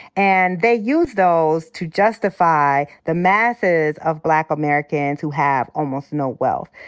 and they use those to justify the masses of black americans who have almost no wealth.